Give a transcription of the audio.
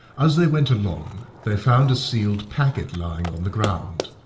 as they went along, they found a sealed packet lying on the ground.